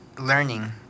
learning